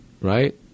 right